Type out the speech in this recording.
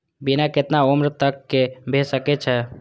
बीमा केतना उम्र तक के भे सके छै?